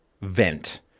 vent